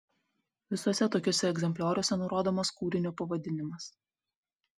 visuose tokiuose egzemplioriuose nurodomas kūrinio pavadinimas